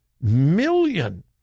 million